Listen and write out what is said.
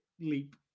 leap